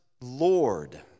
lord